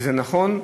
זה נכון,